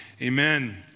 Amen